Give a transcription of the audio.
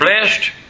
blessed